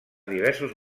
diversos